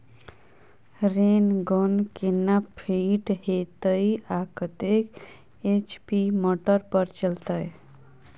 Rain gun केना fit हेतइ आ कतेक एच.पी मोटर पर चलतै?